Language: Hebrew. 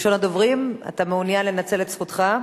אתה מעוניין לנצל את זכותך?